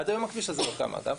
עד היום הכביש הזה לא קם אגב,